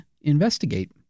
investigate